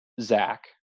Zach